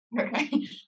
Okay